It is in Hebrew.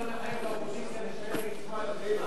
אדוני צריך לחייב את האופוזיציה להישאר ולשמוע את התשובה.